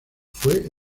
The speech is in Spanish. fue